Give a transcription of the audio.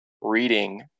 reading